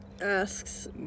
asks